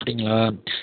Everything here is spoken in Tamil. அப்படிங்களா